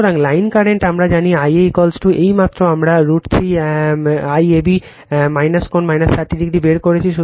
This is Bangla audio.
সুতরাং লাইন কারেন্ট আমরা জানি Ia এইমাত্র আমরা √ 3 IAB কোণ 30o বের করেছি